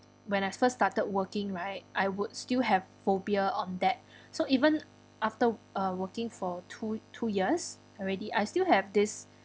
when I first started working right I would still have phobia on that so even after uh working for two two years already I still have this